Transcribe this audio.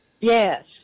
Yes